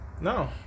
No